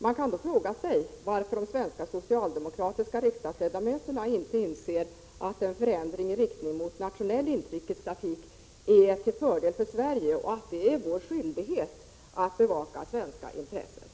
Man kan då fråga sig varför svenska socialdemokratiska riksdagsledamöter inte inser att en förändring i riktning mot nationell inrikestrafik är till fördel för Sverige och att det är vår skyldighet att bevaka svenska intressen.